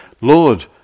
Lord